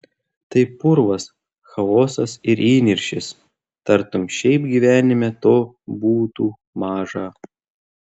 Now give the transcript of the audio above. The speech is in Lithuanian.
tai purvas chaosas ir įniršis tartum šiaip gyvenime to būtų maža